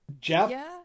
Jeff